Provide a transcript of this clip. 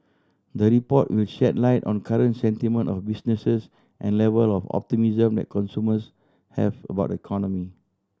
the report will shed light on current sentiment of businesses and level of optimism that consumers have about the economy